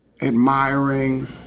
admiring